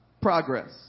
Progress